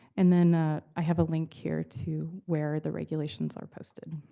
and then i have a link here to where the regulations are posted.